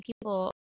people